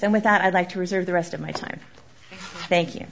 and with that i'd like to reserve the rest of my time thank you